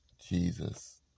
Jesus